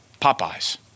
Popeyes